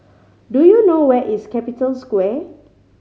do you know where is Capital Square